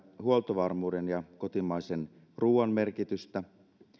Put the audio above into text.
huoltovarmuuden ja kotimaisen ruoan merkitystä